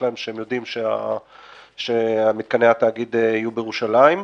שלהם שהם יודעים שמתקני התאגיד יהיו בירושלים.